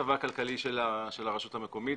הכלכלי של הרשות המקומית?